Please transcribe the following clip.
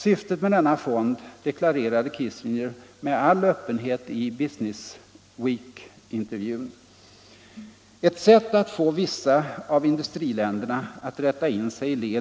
Syftet med denna fond dekla 4 februari 1975 rerade Kissinger med all öppenhet i Business Week-intervjun: rst ”Ett sätt att få vissa av industriländerna att rätta in sig i ledet är.